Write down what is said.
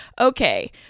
Okay